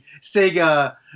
Sega